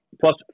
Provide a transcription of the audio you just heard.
plus